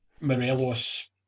Morelos